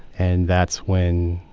and that's when,